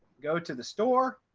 go to the store,